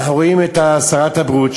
אנחנו רואים את שרת הבריאות,